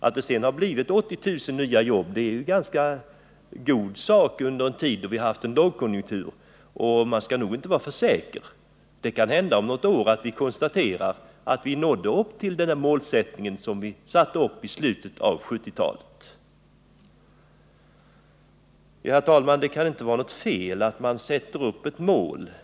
Att det har blivit 80 000 nya jobb är en god sak under en tid då vi haft en lågkonjunktur, och man skall nog inte vara för säker — det kan hända om något år att vi konstaterar att vi nådde upp till den målsättning som vi satte upp i slutet av 1970-talet. Herr talman! Det kan inte vara något fel att man sätter upp ett mål.